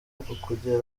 ukugera